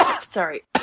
Sorry